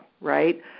right